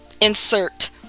insert